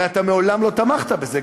הרי אתה מעולם לא תמכת בזה.